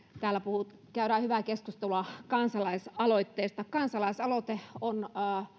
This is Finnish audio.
täällä käydään hyvää keskustelua kansalaisaloitteesta kansalaisaloite on